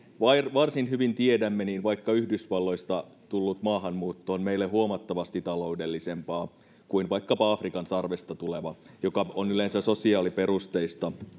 varsin hyvin tiedämme vaikka yhdysvalloista tullut maahanmuutto on meille huomattavasti taloudellisempaa kuin vaikkapa afrikan sarvesta tuleva joka on yleensä sosiaaliperusteista